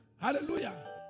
Hallelujah